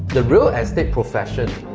the real estate profession,